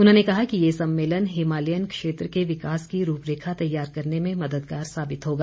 उन्होंने कहा कि ये सम्मेलन हिमालयन क्षेत्र के विकास की रूपरेखा तैयार करने में मददगार साबित होगा